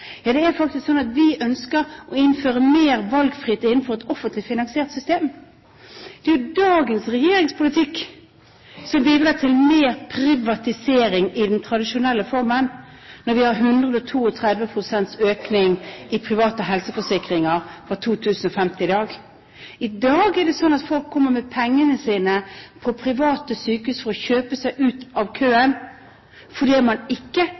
Ja, det er faktisk slik at vi ønsker å innføre mer valgfrihet innenfor et offentlig finansiert system. Det er dagens regjerings politikk som bidrar til mer privatisering i den tradisjonelle formen når de har 132 pst. økning i private helseforsikringer fra 2000 og frem til i dag. I dag er det slik at folk kommer med pengene sine til private sykehus for å kjøpe seg ut av køen fordi man ikke